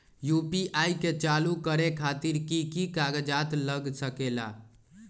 UPI के चालु करे खातीर कि की कागज़ात लग सकेला?